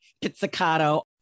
pizzicato